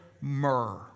myrrh